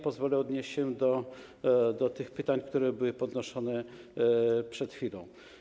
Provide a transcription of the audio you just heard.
Pozwolę sobie odnieść się do tych pytań, które były podnoszone przed chwilą.